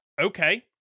okay